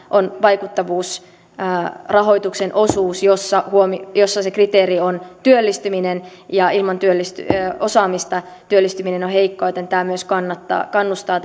on vaikuttavuusrahoituksen osuus jossa se kriteeri on työllistyminen ja ilman osaamista työllistyminen on heikko joten tämä rahoitusmalli myös kannustaa